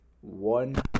one